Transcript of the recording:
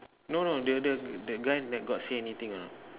no no the the guy got say anything or not